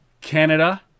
Canada